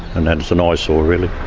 and and it's an eyesore really.